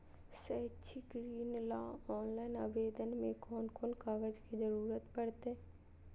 शैक्षिक ऋण ला ऑनलाइन आवेदन में कौन कौन कागज के ज़रूरत पड़तई?